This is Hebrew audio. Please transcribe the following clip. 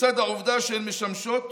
לצד העובדה שהן משמשות